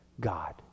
God